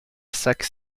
sac